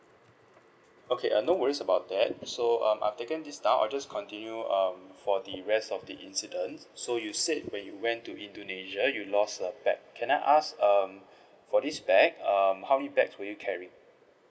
okay err no worries about that so um I've taken this now I'll just continue um for the rest of the incident so you said when you went to indonesia you lost a bag can I ask um for this bag um how many bag were you carried